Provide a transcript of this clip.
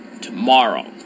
tomorrow